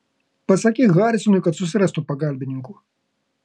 pasakyk harisonui kad susirastų pagalbininkų